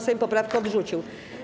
Sejm poprawkę odrzucił.